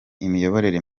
imiyoborere